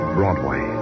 Broadway